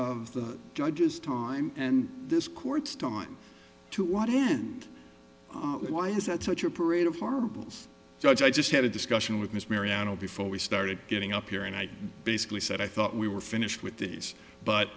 of the judges time and this court's time to what end why is that such a parade of horribles judge i just had a discussion with miss mariano before we started getting up here and i basically said i thought we were finished with this but